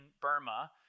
Burma